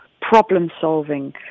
problem-solving